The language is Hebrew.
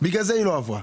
לכן היא לא עברה.